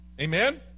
Amen